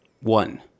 One